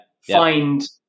find